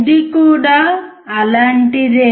ఇది కూడా అలాంటిదే